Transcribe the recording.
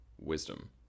Wisdom